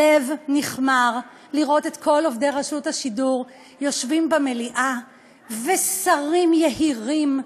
הלב נכמר לראות את כל עובדי רשות השידור יושבים במליאה כששרים יהירים,